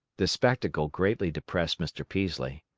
the spectacle greatly depressed mr. peaslee.